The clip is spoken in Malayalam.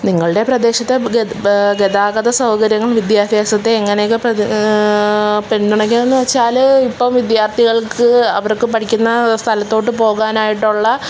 നിങ്ങളുടെ പ്രദേശത്ത് ഗതാഗത സൗകര്യം വിദ്യാഭ്യാസത്തെ എങ്ങനെയെല്ലാം പിന്തുണയ്ക്കുന്നു എന്നുവച്ചാല് ഇപ്പോള് വിദ്യാര്ത്ഥികള്ക്ക് അവര്ക്ക് പഠിക്കുന്ന സ്ഥലത്തോട്ട് പോകാനായിട്ടുള്ള